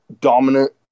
dominant